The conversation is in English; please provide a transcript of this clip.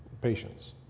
patients